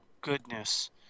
goodness